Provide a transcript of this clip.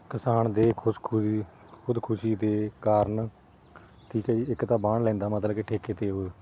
ਕਿਸਾਨ ਦੇ ਖੁਦਕੁਸ਼ੀ ਖੁਦਕੁਸ਼ੀ ਦੇ ਕਾਰਣ ਠੀਕ ਹੈ ਜੀ ਇੱਕ ਤਾਂ ਵਾਹੁਣ ਲੈਂਦਾ ਮਤਲਬ ਕਿ ਠੇਕੇ 'ਤੇ ਉਹ